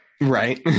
right